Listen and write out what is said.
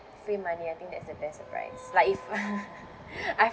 free money I think that's the best surprise like if I